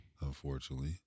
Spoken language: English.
unfortunately